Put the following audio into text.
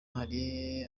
hari